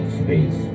space